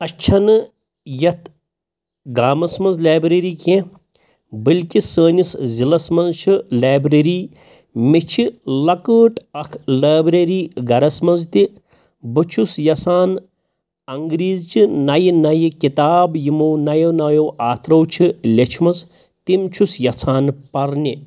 اَسہِ چھےٚ نہٕ یَتھ گامَس منٛز لیبرٔری کینٛہہ بٔلکہِ سٲنِس ضِلعس منٛز چھِ لیبرٔری مےٚ چھِ لۄکٕت اَکھ لیبرٔری گَرَس منٛز تہِ بہٕ چھُس یَژھان انٛگریٖزچہِ نَیہِ نَیہِ کِتاب یِمو نَیو نَیو آتھرو چھِ لیچھمٕژ تِم چھُس یَژھان پَرنہِ